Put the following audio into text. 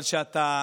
אבל כשאתה